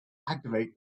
activate